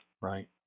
right